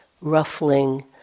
ruffling